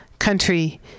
country